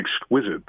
Exquisite